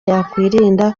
yakwirinda